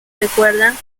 recuerdan